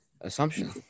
assumption